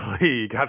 league